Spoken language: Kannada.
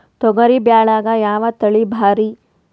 ತೊಗರಿ ಬ್ಯಾಳ್ಯಾಗ ಯಾವ ತಳಿ ಭಾರಿ?